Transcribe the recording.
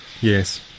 Yes